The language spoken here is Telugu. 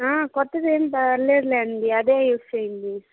కొత్తది ఏంలేదులేండి అదే యూస్ చెయండి